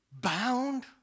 Bound